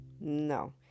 no